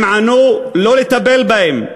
הם ענו: לא לטפל בהם,